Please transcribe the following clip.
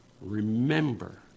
Remember